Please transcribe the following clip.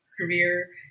Career